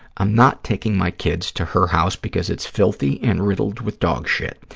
i'm not taking my kids to her house because it's filthy and riddled with dog shit,